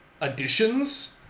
additions